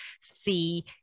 see